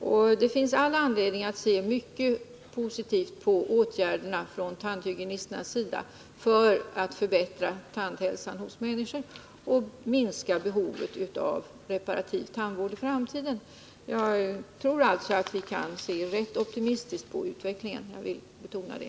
Och det finns all anledning att se mycket positivt på tandhygienisternas åtgärder för att förbättra tandhälsan hos människor och minska behovet av reparativ tandvård i framtiden. Jag tror alltså att vi kan se rätt optimistiskt på utvecklingen — jag vill betona det.